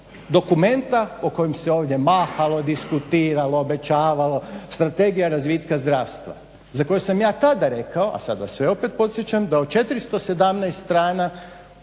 dokumenta kojim se ovdje mahalo, diskutiralo, obećavalo. Strategija razvitka zdravstva za koju sam ja tada rekao, a sad vas sve opet podsjećam da od 417 strana